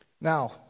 Now